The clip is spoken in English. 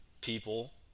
people